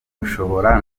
mushobora